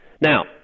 Now